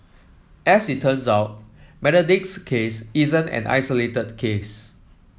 as it turns out Benedict's case isn't an isolated case